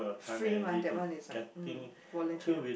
free mah that one is like mm volunteer